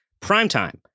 primetime